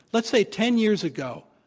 let's say ten years ago,